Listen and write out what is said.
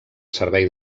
servei